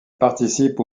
participe